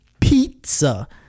pizza